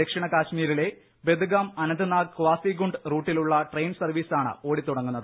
ദക്ഷിണ കാശ്മീരിലെ Budgam Anantnag Qazigund റൂട്ടിലുള്ള ട്രെയിൻ സർവീസാണ് ഓടിത്തുടങ്ങുന്നത്